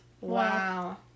Wow